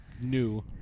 new